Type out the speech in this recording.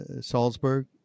Salzburg